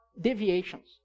deviations